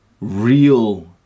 real